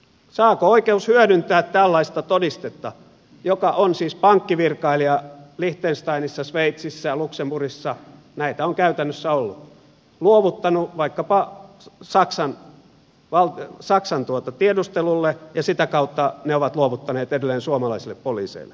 saako oikeus hyödyntää tällaista todistetta jonka on siis pankkivirkailija liechtensteinissa sveitsissä luxemburgissa näitä on käytännössä ollut luovuttanut vaikkapa saksan tiedustelulle ja jonka tämä on sitä kautta luovuttanut edelleen suomalaisille poliiseille